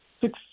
six